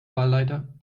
wahlleiter